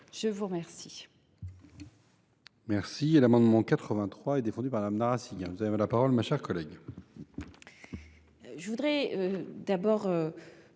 Je vous remercie